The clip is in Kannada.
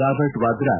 ರಾಬರ್ಟ್ ವಾದ್ರಾ